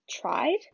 tried